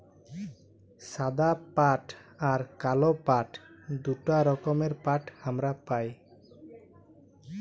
সাদা পাট আর কাল পাট দুটা রকমের পাট হামরা পাই